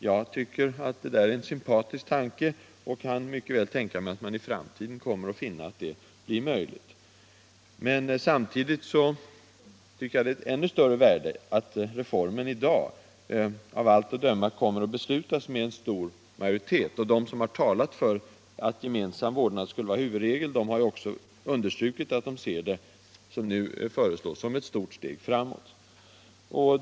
Jag tycker att det är en sympatisk tanke och kan mycket väl tänka mig att man i framtiden kommer att finna att det blir möjligt. Men samtidigt ligger det ett värde i att reformen i dag, av allt att döma, kommer att beslutas med stor majoritet. De som har talat för att gemensam vårdnad skulle vara hu vudregel har också understrukit att de ser utskottets förslag som ett stort steg framåt.